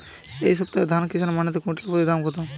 এই সপ্তাহে ধান কিষান মন্ডিতে কুইন্টাল প্রতি দাম কত?